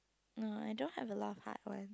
uh I don't have a lot of hard one